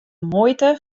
muoite